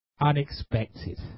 unexpected